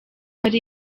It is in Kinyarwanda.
ari